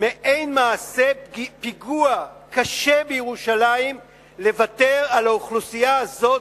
מעין מעשה פיגוע קשה בירושלים לוותר על האוכלוסייה הזאת,